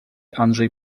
andrzej